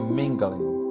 mingling